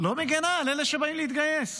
לא מגינה על אלה שבאים להתגייס.